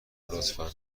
لطفا